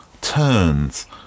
Turns